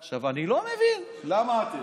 עכשיו, אני לא מבין למה אתם,